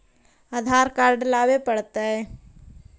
आधार card लाबे पड़तै?